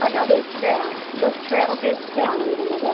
അല്ല അത് എക്സ്ട്ര ആണ് ബസ് ഫെയർ ഒക്കെ എക്സ്ട്രാ ആണ് വരുന്നത്